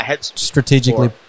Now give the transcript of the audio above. strategically